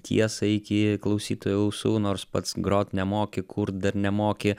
tiesą iki klausytojų ausų nors pats grot nemoki kurt dar nemoki